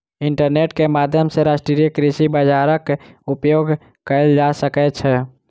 internet के माध्यम सॅ राष्ट्रीय कृषि बजारक उपयोग कएल जा सकै छै